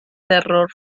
terror